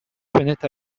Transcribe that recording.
fenêtre